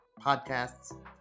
podcasts